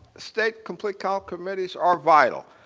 state complete count committees are vital.